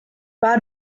war